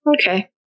Okay